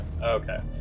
Okay